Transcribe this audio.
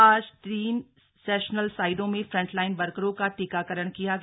आज तीन सेशनल साइटों में फ्रंटलाइन वर्करों का टीकाकरण किया गया